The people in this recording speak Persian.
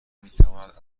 میتواند